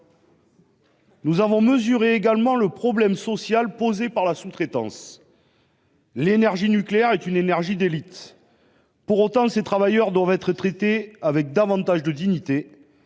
Nous avons mesuré également le problème social posé par la sous-traitance. L'énergie nucléaire est une énergie d'élite. Pour autant, ses travailleurs doivent être traités avec davantage de dignité,